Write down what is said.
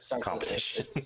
competition